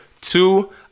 Two